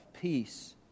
peace